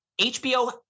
HBO